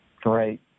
Great